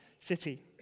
city